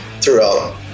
throughout